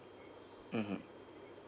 mmhmm